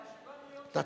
237 מיליון שקלים,